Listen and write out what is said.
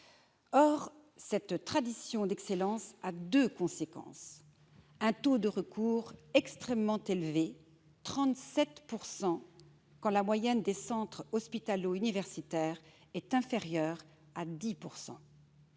Or cette tradition d'excellence a deux conséquences : un taux de recours extrêmement élevé de 37 %, quand la moyenne des centres hospitalo-universitaires est inférieure à 10